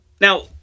Now